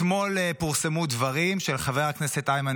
אתמול פורסמו דברים של חבר הכנסת איימן